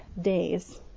days